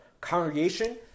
congregation